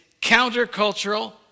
counter-cultural